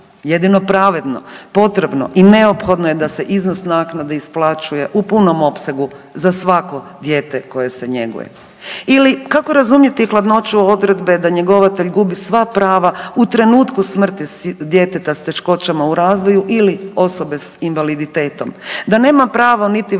Jedino pravedno, potrebno i neophodno je da se iznos naknade isplaćuje u punom opsegu za svako dijete koje se njeguje. Ili, kako razumjeti hladnoću odredbe da njegovatelj gubi sva prava u trenutku smrti djeteta s teškoćama u razvoju ili osobe s invaliditetom? Da nema pravo niti vrijeme